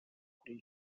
kul